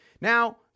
Now